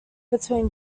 between